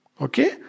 Okay